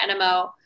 NMO